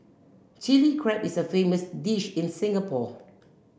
Chilli Crab is a famous dish in Singapore